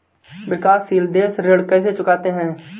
विकाशसील देश ऋण कैसे चुकाते हैं?